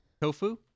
Tofu